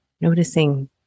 noticing